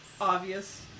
obvious